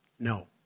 No